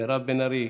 מירב בן ארי,